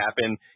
happen